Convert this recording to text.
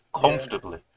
Comfortably